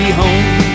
home